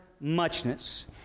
muchness